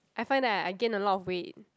I find that I I gain a lot of weight